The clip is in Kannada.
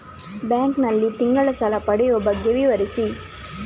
ಬ್ಯಾಂಕ್ ನಲ್ಲಿ ತಿಂಗಳ ಸಾಲ ಪಡೆಯುವ ಬಗ್ಗೆ ವಿವರಿಸಿ?